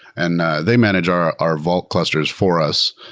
and they manage our our vault clusters for us.